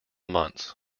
months